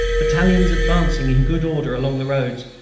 battalions advancing in good order along the roads,